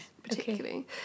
particularly